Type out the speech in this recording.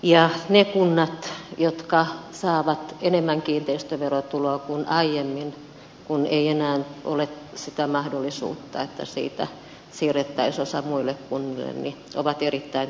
ne kunnat jotka saavat enemmän kiinteistöverotuloa kuin aiemmin kun ei enää ole sitä mahdollisuutta että siitä siirrettäisiin osa muille kunnille ovat erittäin tyytyväisiä